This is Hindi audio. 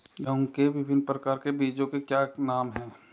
गेहूँ के विभिन्न प्रकार के बीजों के क्या नाम हैं?